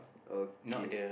okay